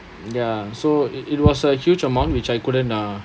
ya so it it was a huge amount which I couldn't uh